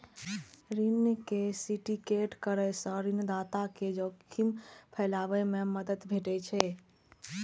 ऋण के सिंडिकेट करै सं ऋणदाता कें जोखिम फैलाबै मे मदति भेटै छै